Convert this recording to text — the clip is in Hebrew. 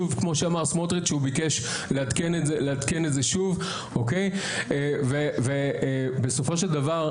כמו שאמר סמוטריץ' שהוא ביקש לעדכן את זה שוב ובסופו של דבר,